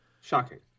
shocking